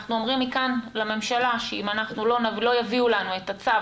ואנחנו אומרים מכאן לממשלה שאם לא יביאו לנו את הצו,